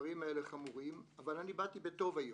הדברים האלה חמורים, אבל אני באתי בטוב היום.